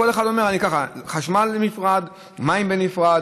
כל אחד אומר: חשמל בנפרד, מים בנפרד,